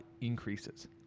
increases